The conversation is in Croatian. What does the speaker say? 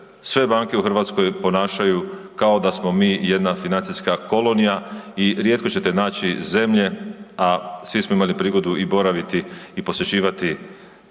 sve banke u Hrvatskoj ponašaju kao da smo mi jedna financijska kolonija i rijetko ćete naći zemlje, a svi smo imali prigodu i boraviti i posjećivati